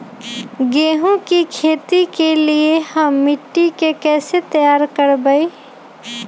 गेंहू की खेती के लिए हम मिट्टी के कैसे तैयार करवाई?